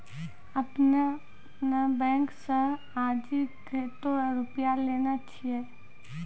आपने ने बैंक से आजे कतो रुपिया लेने छियि?